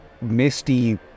misty